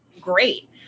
great